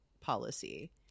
policy